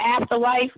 afterlife